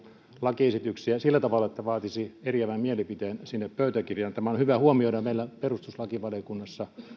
lakiesityksiä sillä tavalla että vaatisi eriävän mielipiteen sinne pöytäkirjaan tämä on hyvä huomioida meillä perustuslakivaliokunnassa että